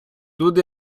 тут